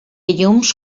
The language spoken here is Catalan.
llums